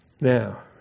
Now